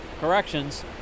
corrections